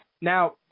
Now